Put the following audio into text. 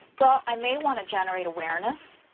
well, i may want to generate awareness.